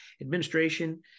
administration